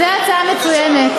זו הצעה מצוינת.